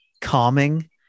calming